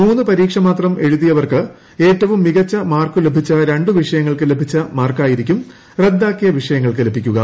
മൂന്ന് പരീക്ഷ മാത്രം എഴുതിയവർക്ക് ഏറ്റവും മികച്ച മാർക്ക് ലഭിച്ച രണ്ട് വിഷയങ്ങൾക്ക് ലഭിച്ച മാർക്കായിരിക്കും റദ്ദാക്കിയ വിഷയങ്ങൾക്ക് ലഭിക്കുക